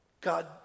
God